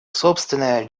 собственное